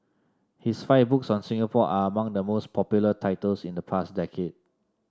his five books on Singapore are among the most popular titles in the past decade